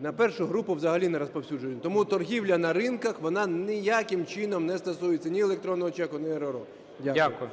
На першу групу взагалі не розповсюджуємо. Тому торгівля на ринках вона ніяким чином не стосується ні електронного чеку, ні РРО. Дякую. ГОЛОВУЮЧИЙ.